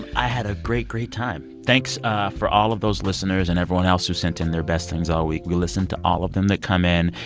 i had a great, great time. thanks ah for all of those listeners and everyone else who sent in their best things all week. we listen to all of them that come in.